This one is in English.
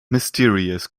mysterious